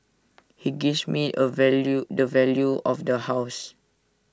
he gives me A value the value of the house